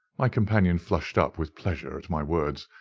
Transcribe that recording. my companion flushed up with pleasure at my words,